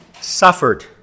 suffered